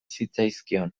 zitzaizkion